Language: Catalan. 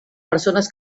persones